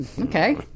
okay